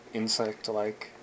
insect-like